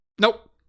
nope